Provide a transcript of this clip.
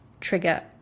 trigger